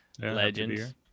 Legends